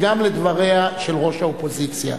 וגם לדבריה של ראש האופוזיציה.